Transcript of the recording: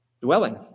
Dwelling